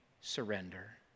surrender